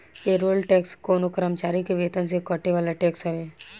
payroll tax कवनो कर्मचारी के वेतन से कटे वाला टैक्स हवे